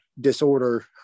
disorder